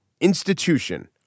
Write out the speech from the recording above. institution